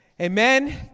Amen